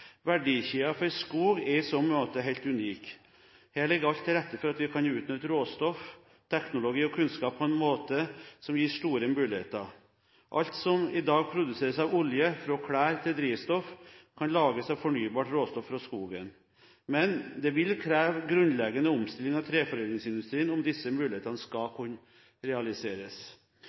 Verdikjeden for skog er i så måte helt unik. Her ligger alt til rette for at vi kan utnytte råstoff, teknologi og kunnskap på en måte som gir store muligheter. Alt som i dag produseres av olje – fra klær til drivstoff – kan lages av fornybart råstoff fra skogen, men det vil kreve grunnleggende omstilling av treforedlingsindustrien om disse mulighetene skal kunne realiseres.